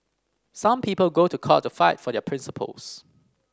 some people go to court to fight for their principles